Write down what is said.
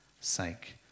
sake